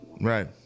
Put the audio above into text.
Right